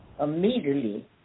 immediately